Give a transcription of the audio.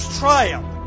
triumph